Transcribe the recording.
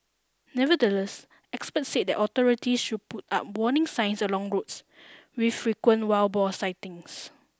nevertheless experts said that authority should put up warning signs along roads with frequent wild boar sightings